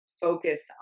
focus